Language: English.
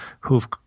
who've